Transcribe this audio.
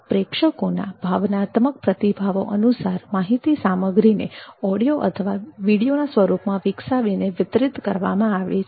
પ્રેક્ષકોના ભાવનાત્મક પ્રતિભાવો અનુસાર માહિતી સામગ્રીને ઓડિયો અથવા વિડિયોના સ્વરૂપમાં વિકસાવીને વિતરિત કરવામાં આવે છે